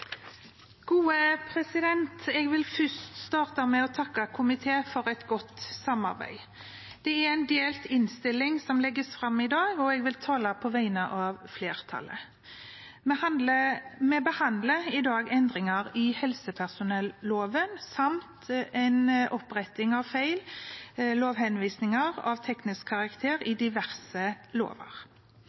en delt innstilling som legges fram i dag, og jeg vil tale på vegne av flertallet. Vi behandler i dag endringer i helsepersonelloven samt oppretting av feil lovhenvisninger av teknisk karakter i diverse lover.